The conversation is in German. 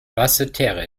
basseterre